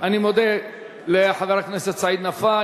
אני מודה לחבר הכנסת סעיד נפאע,